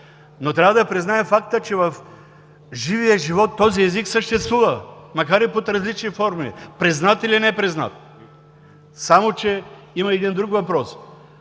но трябва да признаем факта, че в живия живот този език съществува, макар и под различни форми – признат или непризнат. Само че има един друг въпрос.